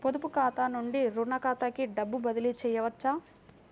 పొదుపు ఖాతా నుండీ, రుణ ఖాతాకి డబ్బు బదిలీ చేయవచ్చా?